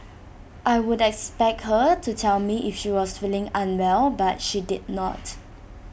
I would expect her to tell me if she was feeling unwell but she did not